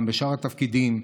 גם בשאר התפקידים,